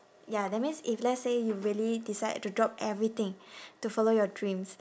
ya that means if let's say you really decided to drop everything to follow your dreams